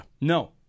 No